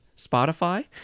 Spotify